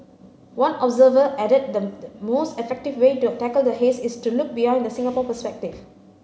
one observer added the most effective way to tackle the haze is to look beyond the Singapore perspective